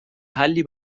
حلی